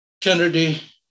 Kennedy